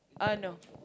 ah no